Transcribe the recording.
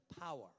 power